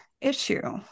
issue